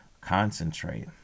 concentrate